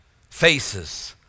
faces